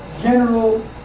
general